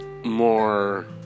more